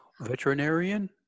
veterinarian